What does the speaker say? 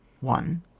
one